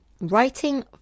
writing